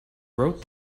wrote